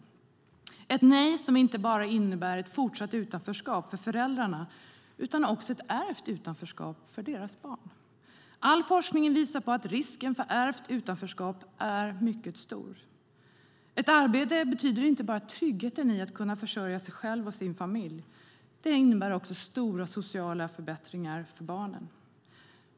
Det är ett nej som inte bara innebär ett fortsatt utanförskap för föräldrarna utan också ett ärvt utanförskap för deras barn. All forskning visar att risken för ärvt utanförskap är mycket stor. Ett arbete betyder inte bara tryggheten i att kunna försörja sig själv och sin familj. Det innebär också stora sociala förbättringar för barnen.